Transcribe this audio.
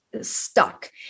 stuck